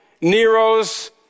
Nero's